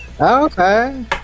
Okay